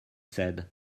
said